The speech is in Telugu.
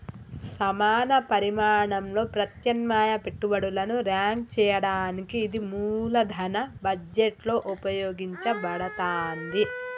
సమాన పరిమాణంలో ప్రత్యామ్నాయ పెట్టుబడులను ర్యాంక్ చేయడానికి ఇది మూలధన బడ్జెట్లో ఉపయోగించబడతాంది